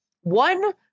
one